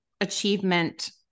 achievement